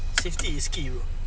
safety is key bro